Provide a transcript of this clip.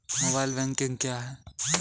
Mobile banking क्या है?